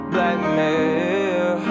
Blackmail